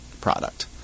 product